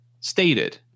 stated